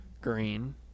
green